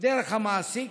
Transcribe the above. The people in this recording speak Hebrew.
דרך המעסיק.